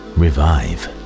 revive